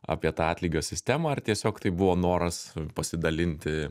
apie tą atlygio sistemą ar tiesiog tai buvo noras pasidalinti